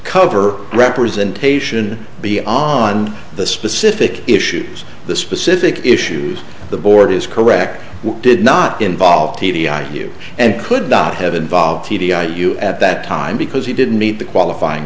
cover representation beyond the specific issues the specific issues the board is correct did not involve t v i q and could not have involved t d i you at that time because he didn't meet the qualifying